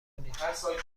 کنید